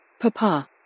Papa